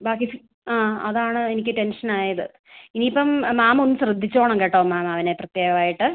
ബാക്കി ആ അത് ആണ് എനിക്ക് ടെൻഷൻ ആയത് ഇനി ഇപ്പം മാം ഒന്ന് ശ്രദ്ധിച്ചേക്കണം കേട്ടോ മാം അവനെ പ്രത്യേകം ആയിട്ട്